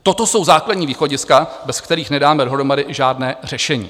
Toto jsou základní východiska, bez kterých nedáme dohromady žádné řešení.